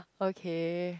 okay